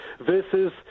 versus